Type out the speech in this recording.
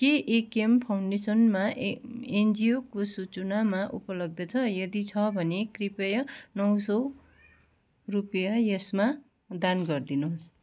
के इक्याम फाउन्डेसनमा एनजिओको सूचनामा उपलब्ध छ यदि छ भने कृपया नौ सौ रुपियाँ यसमा दान गरदिनुहोस्